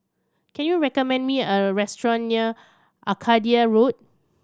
can you recommend me a restaurant near Arcadia Road